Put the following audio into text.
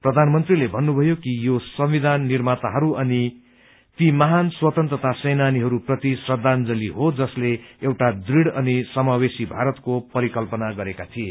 प्रधानमन्त्रीले भन्नुभयो कि यो संविधान निर्माताहरू अनि ती महान् स्वतन्त्रता सेनानीहरू प्रति श्रद्वांजलि हो जसले एउटा दृढ़ अनि समावेशी भारतको परिकल्पना गरेका थिए